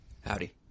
Howdy